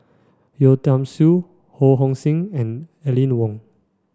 Yeo Tiam Siew Ho Hong Sing and Aline Wong